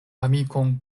amikon